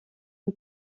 une